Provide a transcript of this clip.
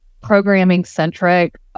programming-centric